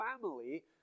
family